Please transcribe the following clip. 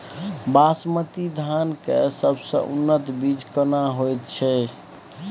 बासमती धान के सबसे उन्नत बीज केना होयत छै?